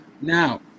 Now